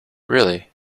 really